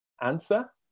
Answer